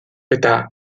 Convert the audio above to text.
eta